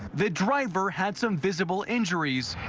the driver had some visible injuries.